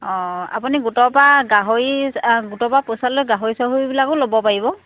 অঁ আপুনি গোটৰ পৰা গাহৰি গোটৰ পৰা পইচা ল'লে গাহৰি চাহৰিবিলাকো ল'ব পাৰিব